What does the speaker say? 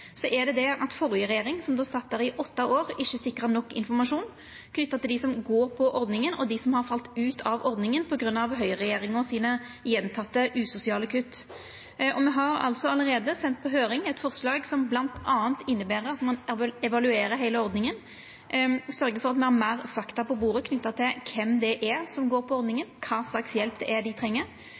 er det at den førre regjeringa, som sat i åtte år, ikkje sikra nok informasjon knytt til dei som går på ordninga, og dei som har falt ut av ordninga på grunn av dei gjentekne usosiale kutta frå høyreregjeringa. Me har allereie sendt på høyring eit forslag som bl.a. inneber at ein evaluerer heile ordninga, sørgjer for at me har meir fakta på bordet knytt til kven det er som går på ordninga, kva slags hjelp dei treng, og ikkje minst korleis ein kan følgja opp personar som er